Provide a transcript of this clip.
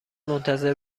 منتظر